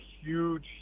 huge